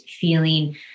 feeling